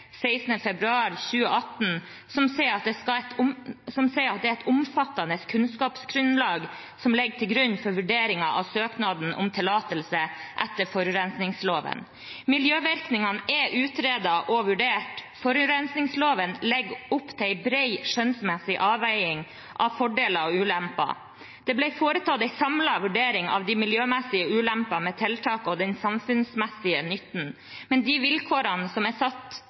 16. februar 2018, der det står: «Det er et omfattende kunnskapsgrunnlag som ligger til grunn for vurderingen av søknaden om tillatelse etter forurensningsloven. Miljøvirkningene er utredet og vurdert. Forurensningsloven legger opp til en bred skjønnsmessig avveiing av fordeler og ulemper. Det ble foretatt en samlet vurdering av de miljømessige ulempene ved tiltaket og den samfunnsmessige nytten. Med de vilkårene som er satt